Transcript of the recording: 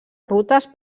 rutes